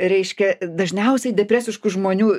reiškia dažniausiai depresiškų žmonių